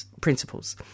principles